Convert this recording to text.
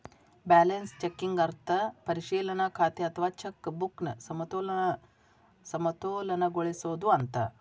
balance checking ಅರ್ಥ ಪರಿಶೇಲನಾ ಖಾತೆ ಅಥವಾ ಚೆಕ್ ಬುಕ್ನ ಸಮತೋಲನಗೊಳಿಸೋದು ಅಂತ